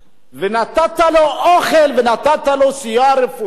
ונתן לו אוכל ונתן לו סיוע רפואי,